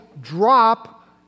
drop